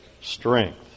strength